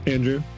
Andrew